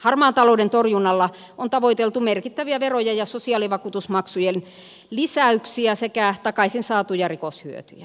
harmaan talouden torjunnalla on tavoiteltu merkittäviä verojen ja sosiaalivakuutusmaksujen lisäyksiä sekä takaisin saatuja rikoshyötyjä